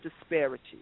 disparity